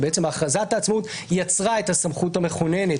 שבעצם הכרזת העצמאות יצרה את הסמכות המכוננת